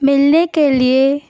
ملنے کے لیے